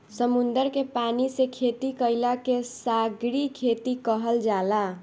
समुंदर के पानी से खेती कईला के सागरीय खेती कहल जाला